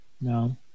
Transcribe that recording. No